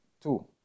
Two